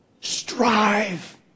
strive